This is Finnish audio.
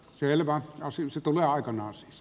selvä se tulee aikanaan siis